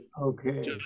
Okay